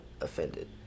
offended